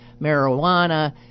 marijuana